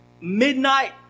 midnight